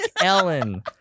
Ellen